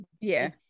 yes